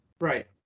Right